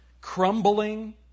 crumbling